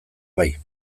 bai